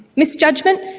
misjudgement,